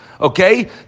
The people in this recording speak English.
Okay